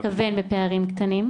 למה אתה מתכוון בפערים קטנים?